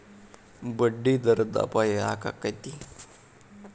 ಬಡ್ಡಿದರದ್ ಅಪಾಯ ಯಾಕಾಕ್ಕೇತಿ?